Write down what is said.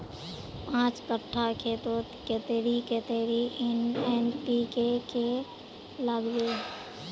पाँच कट्ठा खेतोत कतेरी कतेरी एन.पी.के के लागबे?